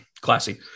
classy